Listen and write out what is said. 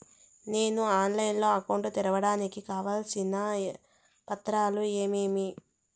నేను ఆన్లైన్ లో అకౌంట్ తెరవడానికి కావాల్సిన పత్రాలు ఏమేమి?